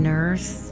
Nurse